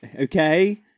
Okay